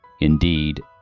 Indeed